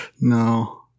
No